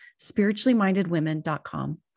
spirituallymindedwomen.com